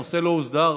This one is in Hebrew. הנושא לא הוסדר,